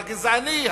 הגזעני,